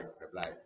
reply